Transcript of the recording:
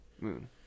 moon